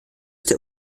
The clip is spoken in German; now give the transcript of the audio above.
der